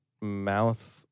mouth